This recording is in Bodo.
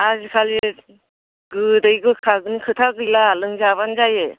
आजिखालि गोदै गोखाजों खोथा गैला लोंजाबानो जायो